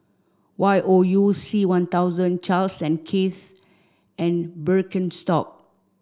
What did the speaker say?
Y O U C One thousand Charles and Keith and Birkenstock